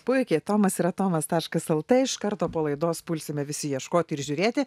puikiai tomas ir atomas taškas lt iš karto po laidos pulsime visi ieškoti ir žiūrėti